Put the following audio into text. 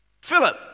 Philip